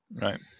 right